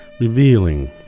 revealing